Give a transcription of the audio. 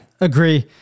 agree